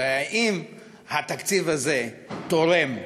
היא האם התקציב הזה תורם,